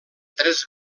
tres